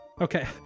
Okay